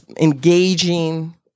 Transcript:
engaging